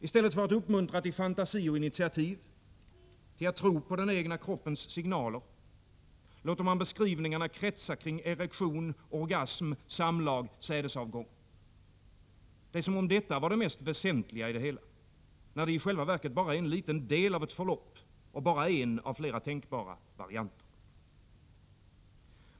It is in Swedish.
I stället för att uppmuntra eleverna till fantasi och initiativ, till att tro på den egna kroppens signaler, låter man beskrivningarna kretsa kring erektion, samlag, orgasm och sädesavgång. Det är som om detta var det mest väsentliga, när det i själva verket bara är en liten del av ett förlopp och bara en av flera tänkbara varianter.